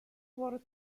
por